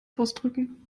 ausdrücken